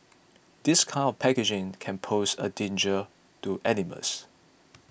this kind of packaging can pose a danger to animals